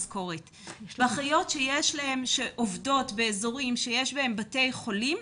לאחיות שעובדות באזורים שיש בהם בתי חולים,